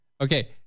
Okay